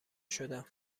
شدم